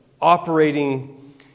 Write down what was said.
operating